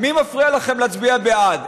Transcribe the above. מי מפריע לכם להצביע בעד?